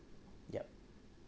yup